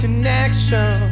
Connection